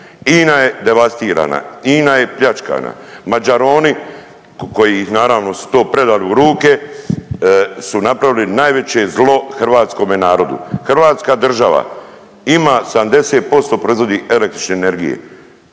INA je devastirana, INA je pljačkana, mađaroni kojih su to naravno predali u ruke su napravili najveće zlo hrvatskome narodu. Hrvatska država ima 70% proizvodi električne energije